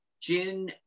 June